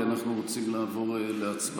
כי אנחנו רוצים לעבור להצבעה.